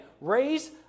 raise